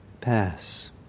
pass